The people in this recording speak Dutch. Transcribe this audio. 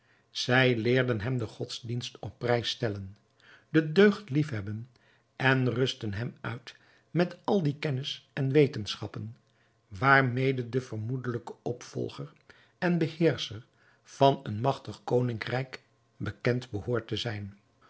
zij leerden hem den godsdienst op prijs stellen de deugd liefhebben en rustten hem uit met al die kennis en wetenschappen waarmede de vermoedelijke opvolger en beheerscher van een magtig koningrijk bekend behoort te zijn